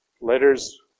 letters